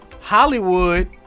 Hollywood